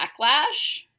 backlash